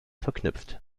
verknüpft